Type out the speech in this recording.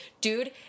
Dude